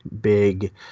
big